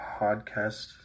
podcast